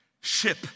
ship